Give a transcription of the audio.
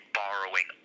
borrowing